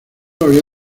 había